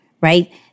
right